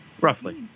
Roughly